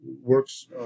works